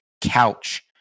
couch